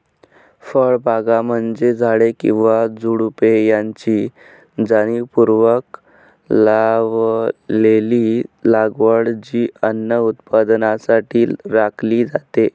फळबागा म्हणजे झाडे किंवा झुडुपे यांची जाणीवपूर्वक लावलेली लागवड जी अन्न उत्पादनासाठी राखली जाते